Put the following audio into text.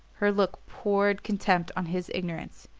her look poured contempt on his ignorance.